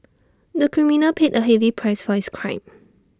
the criminal paid A heavy price for his crime